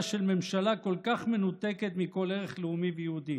של ממשלה כל כך מנותקת מכל ערך לאומי ויהודי.